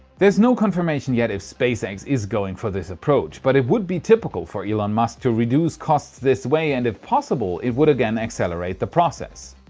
there's no confirmation yet if spacex is going for this approach, but it would be typical for elon musk to reduce costs this way and if possible, it would again accelerate the process.